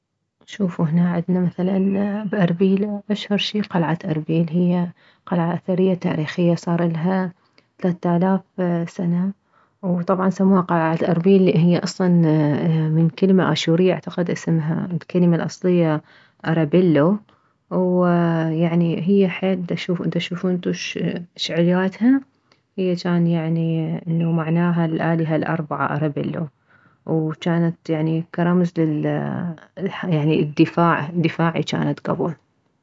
شوفو هنا عدنا مثلا باربيل اشهر شي قلعة اربيل هي قلعة اثرية تاريخية صارلها تلاث الاف سنة وطبعا سموها قلعة اربيل لان هي اصلا من كلمة اشورية اعتقد اسمها الكلمة الاصلية ارابيلو ويعني هي حيل دتشوفون انتو شعلياتها هي جان يعني انه معناها الالهة الاربعة ارابيلو وجانت يعني كرمز للدفاع دفاعي جانت كبل